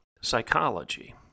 psychology